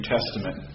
Testament